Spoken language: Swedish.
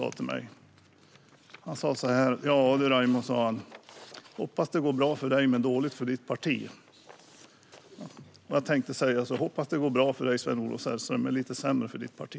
Han sa: Ja, du Raimo, jag hoppas att det går bra för dig men dåligt för ditt parti. Jag säger: Hoppas att det går bra för dig, Sven-Olof Sällström, men lite sämre för ditt parti.